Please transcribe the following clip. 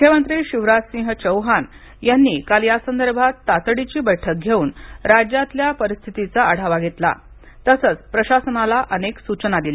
मुख्यमंत्रीशिवराज सिंह चौहान यांनी काल यासंदर्भात तातडीची बैठक घेऊन राज्यातल्यापरिस्थितीचा आढावा घेतला तसच प्रशासनाला अनेक सूचना दिल्या